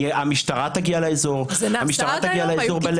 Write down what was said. המשטרה תגיע לאזור בלילה.